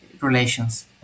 relations